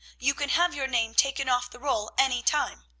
you can have your name taken off the roll any time,